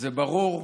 זה ברור?